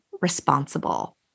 responsible